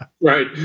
Right